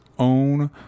own